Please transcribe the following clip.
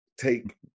take